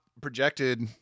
projected